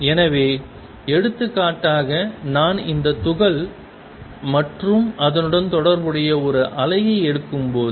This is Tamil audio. எனவே எடுத்துக்காட்டாக நான் இந்த துகள் மற்றும் அதனுடன் தொடர்புடைய ஒரு அலையை எடுக்கும்போது